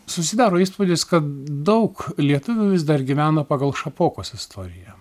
susidaro įspūdis kad daug lietuvių vis dar gyvena pagal šapokos istoriją